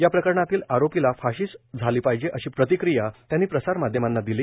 या प्रकरणातील आरोपीला फाशीच झाली पाहिजे अशी प्रतिक्रिया त्यांनी प्रसार माध्यमांना दिली